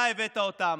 אתה הבאת אותם,